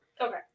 Okay